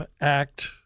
Act